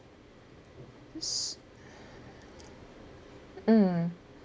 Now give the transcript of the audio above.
s~ mm